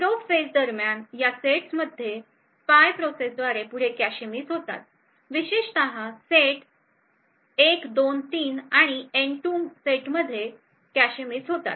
probe phase दरम्यान या सेट्समध्ये स्पाय प्रोसेसद्वारे पुढे कॅशे मिस होतात विशेषत सेट 1 2 3 आणि एन 2 सेट मध्ये कॅशे मिस होतात